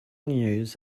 news